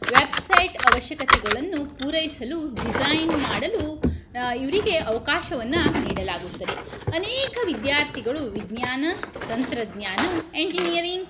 website ಅವಶ್ಯಕತೆಗಳನ್ನು ಪೂರೈಸಲು design ಮಾಡಲು ಇವರಿಗೆ ಅವಕಾಶವನ್ನು ನೀಡಲಾಗುತ್ತದೆ ಅನೇಕ ವಿದ್ಯಾರ್ಥಿಗಳು ವಿಜ್ಞಾನ ತಂತ್ರಜ್ಞಾನ ಎಂಜಿನಿಯರಿಂಗ್